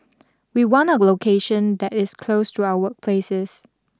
we want a location that is close to our workplaces